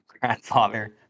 grandfather